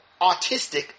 autistic